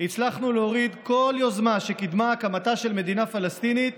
הצלחנו להוריד כל יוזמה שקידמה את הקמתה של מדינה פלסטינית.